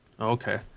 Okay